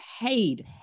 paid